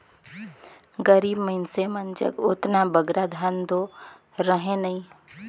गरीब मइनसे मन जग ओतना बगरा धन दो रहें नई